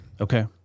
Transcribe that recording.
Okay